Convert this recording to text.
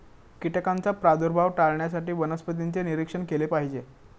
कीटकांचा प्रादुर्भाव टाळण्यासाठी वनस्पतींचे निरीक्षण केले पाहिजे